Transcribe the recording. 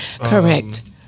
Correct